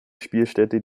spielstätte